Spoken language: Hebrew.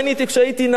כשהייתי נער,